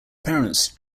parents